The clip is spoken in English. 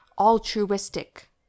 altruistic